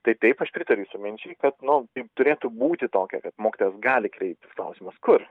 tai taip aš pritariu jūsų minčiai kad nu turėtų būti tokia kad mokytojas gali kreiptis klausimas kur